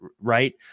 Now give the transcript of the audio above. right